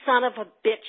son-of-a-bitch